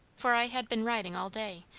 for i had been riding all day,